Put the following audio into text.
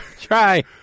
Try